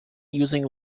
using